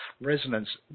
resonance